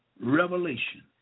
Revelation